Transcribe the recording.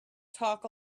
talk